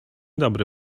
dobry